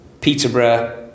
Peterborough